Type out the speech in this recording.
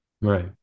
Right